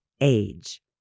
age